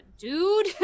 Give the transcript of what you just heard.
dude